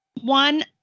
One